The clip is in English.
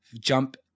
jump